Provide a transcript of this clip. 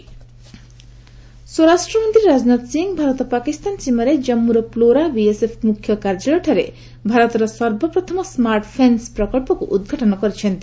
ରାଜନାଥ ଫେନ୍ନ ସ୍ୱରାଷ୍ଟ୍ରମନ୍ତ୍ରୀ ରାଜନାଥ ସିଂ ଭାରତ ପାକିସ୍ତାନ ସୀମାରେ ଜନ୍ମୁର ପ୍ଲୋରା ବିଏସ୍ଏଫ୍ ମୁଖ୍ୟ କାର୍ଯ୍ୟାଳୟଠାରେ ଭାରତର ସର୍ବପ୍ରଥମ ସ୍କାର୍ଟ ଫେନ୍ସ ପ୍ରକଳ୍ପକୁ ଉଦ୍ଘାଟନ କରିଛନ୍ତି